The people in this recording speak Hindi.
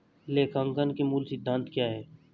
लेखांकन के मूल सिद्धांत क्या हैं?